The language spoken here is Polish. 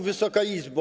Wysoka Izbo!